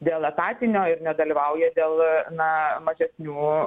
dėl etatinio ir nedalyvauja dėl na mažesnių